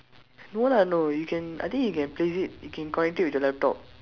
no ah no you can I think you can place it you can connect it with the laptop